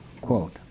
quote